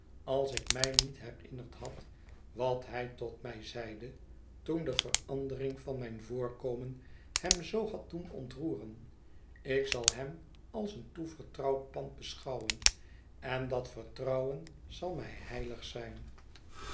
als ik mij niet herinnerd had wat hij tot mij zeide toen de verandering van mijn voorkomen hem zoo had doen ontroeren ik zal hem als een toevertrouwd pand beschouwen en dat vertrouwen zal mij heilig zijn